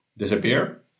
disappear